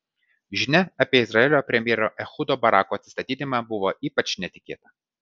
žinia apie izraelio premjero ehudo barako atsistatydinimą buvo ypač netikėta